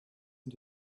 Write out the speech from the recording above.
and